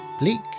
Bleak